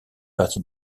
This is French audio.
parti